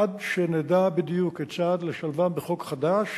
עד שנדע בדיוק כיצד לשלבם בחוק חדש,